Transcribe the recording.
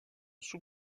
sous